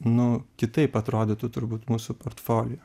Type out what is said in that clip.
nu kitaip atrodytų turbūt mūsų portfolio